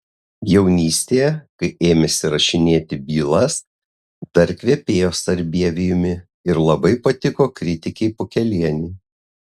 jaunystėje kai ėmėsi rašinėti bylas dar kvepėjo sarbievijumi ir labai patiko kritikei pukelienei